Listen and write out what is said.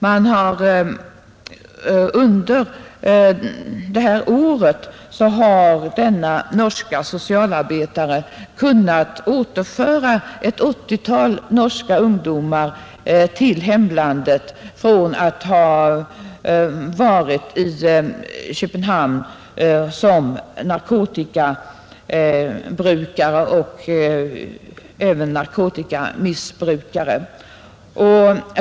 Under innevarande år har denna norska socialarbetare kunnat återföra ett 80-tal norska ungdomar till hemlandet från att ha varit i Köpenhamn som narkotikabrukare och även narkotikamissbrukare.